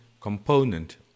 component